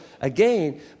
again